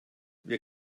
wir